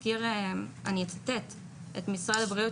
ואני אצטט את משרד הבריאות,